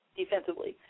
defensively